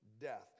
death